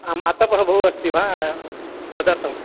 आम आतपः बहु अस्ति वा तदर्थम्